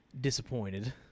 disappointed